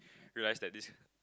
realise that this